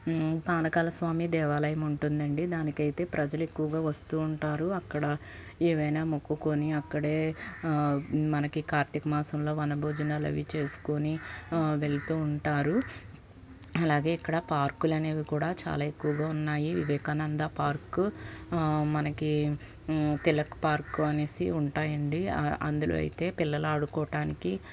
పానకాల స్వామి దేవాలయం ఉంటుందండి దానికైతే ప్రజలు ఎక్కువగా వస్తూ ఉంటారు అక్కడ ఏవైనా మొక్కుకొని అక్కడే మనకి కార్తీకమాసంలో వనభోజనాలు అవి చేసుకొని వెళుతూ ఉంటారు అలాగే ఇక్కడ పార్కులు అనేవి కూడా చాలా ఎక్కువగా ఉన్నాయి వివేకానంద పార్క్ మనకి తిలక్ పార్క్ అనేసి ఉంటాయండి అందులో అయితే పిల్లలు ఆడుకోవటానికి